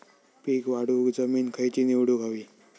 पीक वाढवूक जमीन खैची निवडुक हवी?